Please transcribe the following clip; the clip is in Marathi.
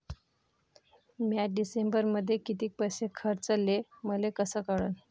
म्या डिसेंबरमध्ये कितीक पैसे खर्चले मले कस कळन?